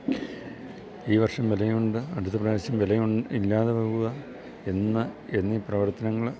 ഈ വർഷം വിലയുണ്ട് അടുത്ത പ്രാവശ്യം വിലയും ഇല്ലാതെ പോകുക എന്ന എന്നീ പ്രവർത്തനങ്ങൾ